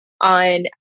on